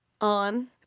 On